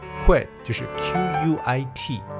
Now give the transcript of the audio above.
quit,就是Q-U-I-T